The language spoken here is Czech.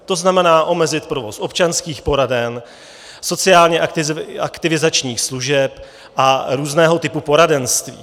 To znamená omezit provoz občanských poraden, sociálně aktivizačních služeb a různého typu poradenství.